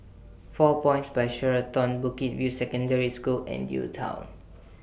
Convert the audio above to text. four Points By Sheraton Bukit View Secondary School and UTown